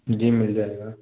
जी मिल जाएगा